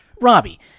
Robbie